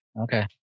Okay